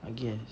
I guess